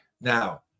Now